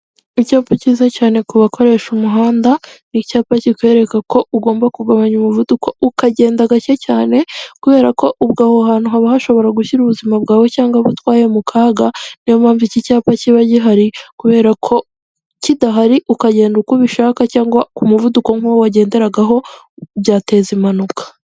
Icyapa cyiza cyane ku bakoresha umuhanda, ni icyapa kikwereka ko ugomba kugabanya umuvuduko ukagenda gake, cyane kubera ko ubwo aho hantu haba hashobora gushyira ubuzima bwawe cyangwa utwaye mu kaga, niyo mpamvu iki cyapa kiba gihari kubera ko kidahari ukagenda uko ubishaka cyangwa ku muvuduko nk'uwo wagenderagaho, byateza impanuka.